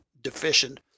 deficient